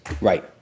right